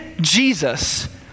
Jesus